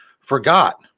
forgot